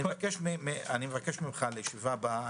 אני מבקש ממך לקראת הישיבה הבאה,